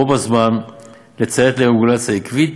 ובו בזמן לציית לרגולציה עקבית,